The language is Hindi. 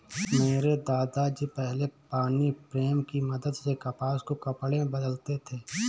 मेरे दादा जी पहले पानी प्रेम की मदद से कपास को कपड़े में बदलते थे